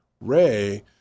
Ray